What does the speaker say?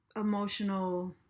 emotional